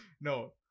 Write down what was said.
No